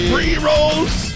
Pre-rolls